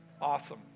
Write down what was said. Awesome